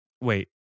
Wait